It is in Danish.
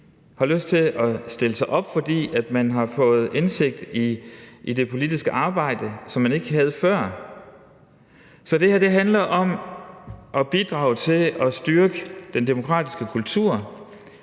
og lysten til at stille sig op, fordi man har fået en indsigt i det politiske arbejde, som man ikke havde før. Så det her handler om at bidrage til at styrke den demokratiske kultur,